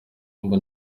mba